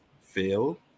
fail